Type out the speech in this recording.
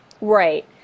right